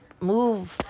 move